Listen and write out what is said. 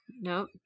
nope